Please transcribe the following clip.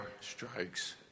strikes